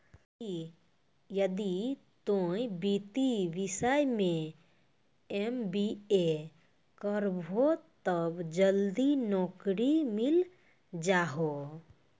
यदि तोय वित्तीय विषय मे एम.बी.ए करभो तब जल्दी नैकरी मिल जाहो